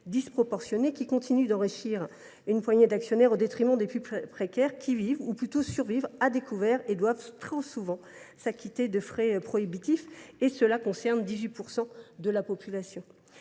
disproportionnés qui continuent d’enrichir une poignée d’actionnaires au détriment des plus précaires, qui vivent, ou plutôt survivent, à découvert et doivent trop souvent s’acquitter de frais prohibitifs – cela concerne 18 % de la population